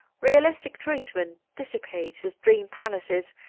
realistic treatment dissipates his dream palaces,